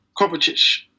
Kovacic